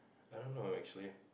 I don't know actually